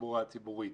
התחבורה הציבורית,